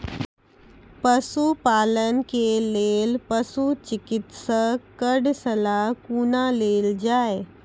पशुपालन के लेल पशुचिकित्शक कऽ सलाह कुना लेल जाय?